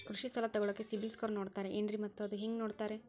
ಕೃಷಿ ಸಾಲ ತಗೋಳಿಕ್ಕೆ ಸಿಬಿಲ್ ಸ್ಕೋರ್ ನೋಡ್ತಾರೆ ಏನ್ರಿ ಮತ್ತ ಅದು ಹೆಂಗೆ ನೋಡ್ತಾರೇ?